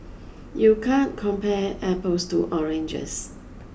you can't compare apples to oranges